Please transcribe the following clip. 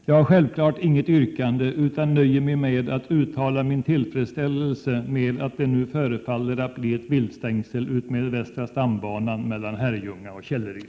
Jag har självfallet inget yrkande, utan nöjer mig med att uttala min tillfredsställelse över att det nu förefaller bli ett viltstängsel utmed västra stambanan mellan Herrljunga och Källeryd.